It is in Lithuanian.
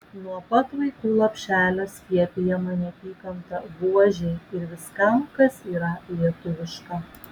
nuo pat vaikų lopšelio skiepijama neapykanta buožei ir viskam kas yra lietuviška